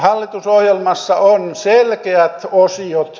hallitusohjelmassa on selkeät osiot